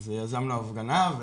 אז יזמנו הפגנה,